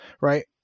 right